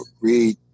read